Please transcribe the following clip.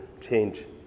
change